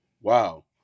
wow